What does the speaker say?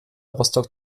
rostock